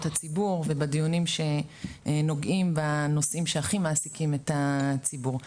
הציבור ובדיונים שנוגעים בנושאים שהכי מעסיקים את הציבור.